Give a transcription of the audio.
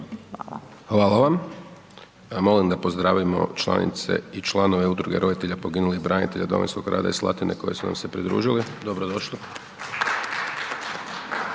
Hvala vam. Ja molim da pozdravimo članice i članove udruge roditelja poginulih branitelja Domovinskog rata iz Slatine koji su nam se pridružili, dobrodošli.